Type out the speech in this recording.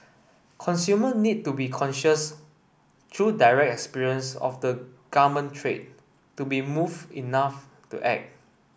consumer need to be conscious through direct experience of the garment trade to be moved enough to act